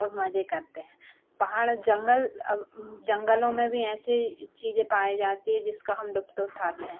और मज़े करते हैं पहाड़ जंगल अब जंगलों में भी ऐसी कई चीज़ें पाई जाती हैं जिसका हम लुत्फ़ उठाते हैं